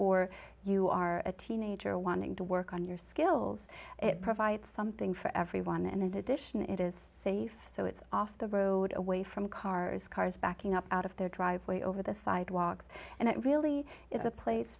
or you are a teenager wanting to work on your skills it provides something for everyone and in addition it is safe so it's off the road away from cars cars backing up out of their driveway over the sidewalks and it really is a place